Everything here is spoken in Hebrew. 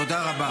תודה רבה.